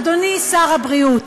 אדוני שר הבריאות,